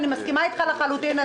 אני מסכימה איתך לחלוטין,